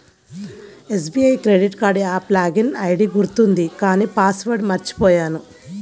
SBI credit card app login ID గుర్తుంది కానీ password మర్చిపొయ్యాను